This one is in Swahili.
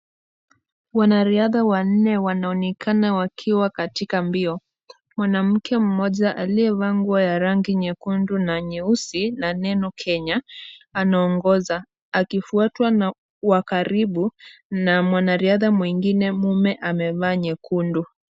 Wanariadha wanne wanaonekana wakiwa katika mbio. Mwanamke mmoja aliyevaa nguo ya rangi nyekundu na nyeusi na neno KENYA, anaongoza akifuatwa na wa karibu na mwanariadha mwengine mume amevaa nyekundu.